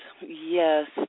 yes